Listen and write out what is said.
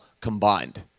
combined